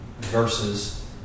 versus